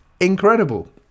incredible